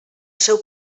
seu